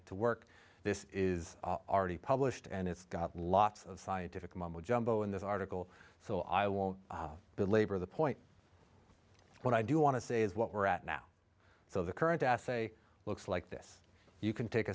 it to work this is already published and it's got lots of scientific mumbo jumbo in this article so i won't belabor the point when i do want to say is what we're at now so the current essay looks like this you can take